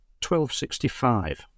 1265